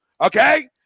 okay